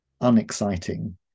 unexciting